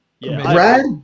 Brad